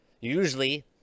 usually